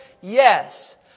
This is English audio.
Yes